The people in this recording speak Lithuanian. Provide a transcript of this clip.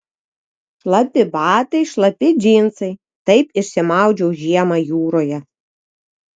šlapi batai šlapi džinsai taip išsimaudžiau žiemą jūroje